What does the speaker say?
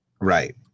Right